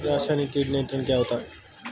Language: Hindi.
रसायनिक कीट नियंत्रण क्या होता है?